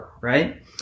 right